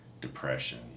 depression